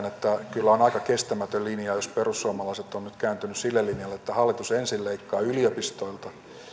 kyllä on aika kestämätön linja jos perussuomalaiset ovat nyt kääntyneet sille linjalle että hallitus ensin leikkaa yliopistoilta